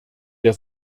der